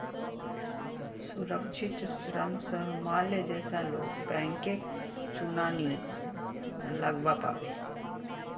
सुरक्षित ऋण स माल्या जैसा लोग बैंकक चुना नी लगव्वा पाबे